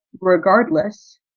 regardless